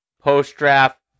post-draft